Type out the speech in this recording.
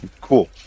Cool